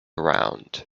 round